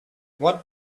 what